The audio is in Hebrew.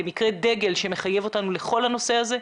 כמקרה דגל שמחייב אותנו לכל הנושא הזה.